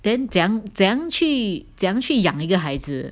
then 怎样怎样怎样去养一个孩子